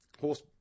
horse